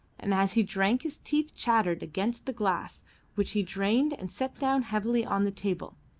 and as he drank his teeth chattered against the glass which he drained and set down heavily on the table.